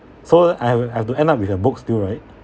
so I have I have to end up with a book still right